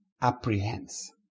apprehends